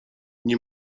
nie